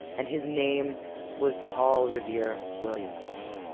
and his name was paul revere williams